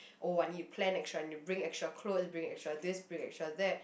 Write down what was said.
oh I need to plan extra need to bring extra clothes bring extra this bring extra that